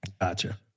Gotcha